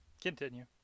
Continue